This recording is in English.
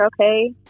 okay